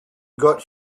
got